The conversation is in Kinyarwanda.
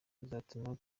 buzatuma